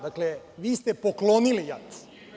Dakle, vi ste poklonili „JAT“